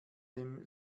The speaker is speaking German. dem